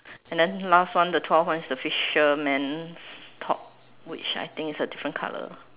and then last one the twelve one is the fisherman top which I think it's a different color